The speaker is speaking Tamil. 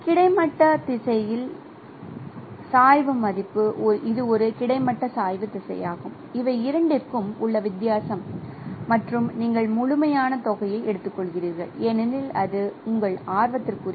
கிடைமட்ட திசையில் சாய்வு மதிப்பு இது ஒரு கிடைமட்ட சாய்வு திசையாகும் இவை இரண்டிற்கும் உள்ள வித்தியாசம் மற்றும் நீங்கள் முழுமையான தொகையை எடுத்துக்கொள்கிறீர்கள் ஏனெனில் அது உங்கள் ஆர்வத்திற்குரியது